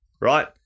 right